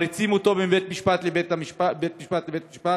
מריצים אותו מבית-משפט לבית-משפט.